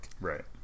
Right